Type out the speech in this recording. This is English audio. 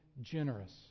generous